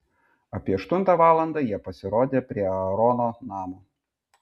apie aštuntą valandą jie pasirodė prie aarono namo